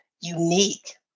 unique